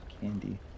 candy